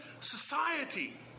society